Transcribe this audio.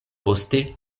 poste